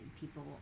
people